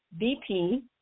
BP